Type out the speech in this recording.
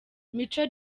mico